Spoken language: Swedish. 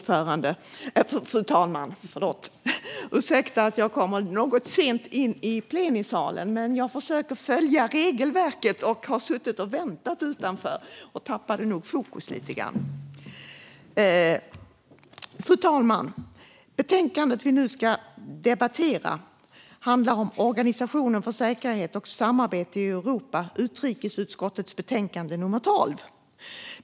Fru talman! Ursäkta att jag kommer något sent in i plenisalen. Jag försöker följa regelverket och har suttit och väntat utanför, och jag tappade nog fokus lite grann. Fru talman! Betänkandet vi nu ska debattera handlar om Organisationen för säkerhet och samarbete i Europa och är utrikesutskottets betänkande nummer 12.